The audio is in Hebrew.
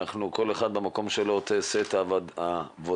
וכל אחד במקום שלו עושה את עבודתו,